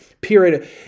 Period